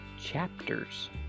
chapters